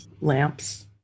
lamps